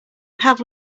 have